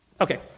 Okay